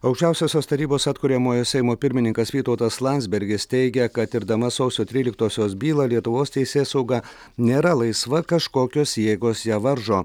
aukščiausiosios tarybos atkuriamojo seimo pirmininkas vytautas landsbergis teigia kad tirdama sausio tryliktosios bylą lietuvos teisėsauga nėra laisva kažkokios jėgos ją varžo